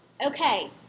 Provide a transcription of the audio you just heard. Okay